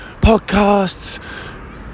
podcasts